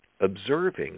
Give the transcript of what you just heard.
observing